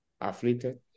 afflicted